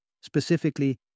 specifically